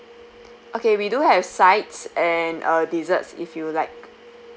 okay we do have sides and a dessert if you'd like